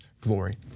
glory